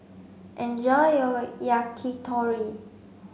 enjoy your Yakitori